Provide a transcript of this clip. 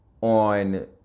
on